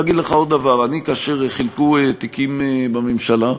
להגיד לך עוד דבר: כאשר חילקו תיקים בממשלה,